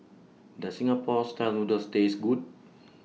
Does Singapore Style Noodles Taste Good